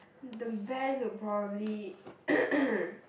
the best will probably